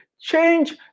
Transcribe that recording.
Change